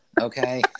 okay